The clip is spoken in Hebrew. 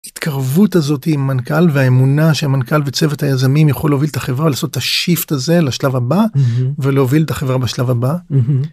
התקרבות הזאת עם מנכ״ל, והאמונה שהמנכ״ל וצוות היזמים יכול להוביל את החברה, לעשות את השיפט הזה לשלב הבא, ולהוביל את החברה בשלב הבא.